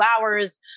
hours